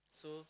so